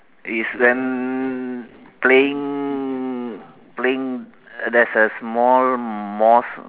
is then playing playing there's a small mosque